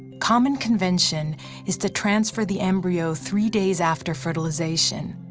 common convention is to transfer the embryo three days after fertilization,